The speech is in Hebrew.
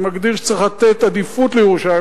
שמגדיר שצריך לתת עדיפות לירושלים,